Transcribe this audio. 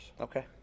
okay